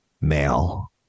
Male